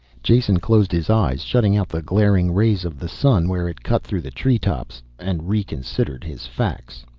jason closed his eyes, shutting out the glaring rays of the sun where it cut through the tree tops, and reconsidered his facts.